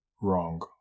wrong